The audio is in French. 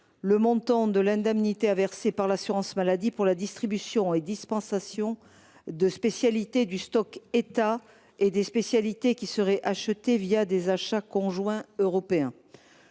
le montant de l’indemnité à verser par l’assurance maladie pour la distribution et la dispensation de spécialités du stock stratégique de l’État et des spécialités qui seraient achetées des achats conjoints européens.